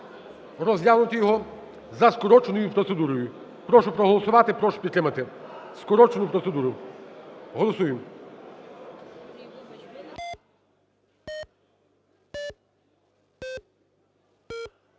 розглянути його за скороченою процедурою. Прошу проголосувати, прошу підтримати скорочену процедуру, голосуємо.